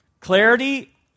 Clarity